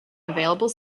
available